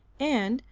and,